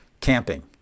camping